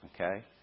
okay